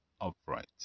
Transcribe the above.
upright